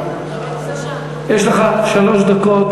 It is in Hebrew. יש לך שלוש דקות.